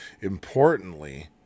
Importantly